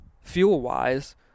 fuel-wise